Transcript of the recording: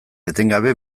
etengabe